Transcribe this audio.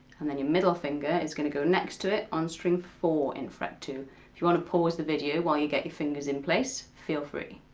and then your middle finger is gonna go next to it on string four, in fret two. if you want to pause the video while you get your fingers in place, feel free.